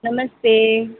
नमस्ते